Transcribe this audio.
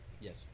Yes